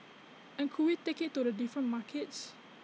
and could we take IT to the different markets